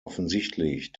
offensichtlich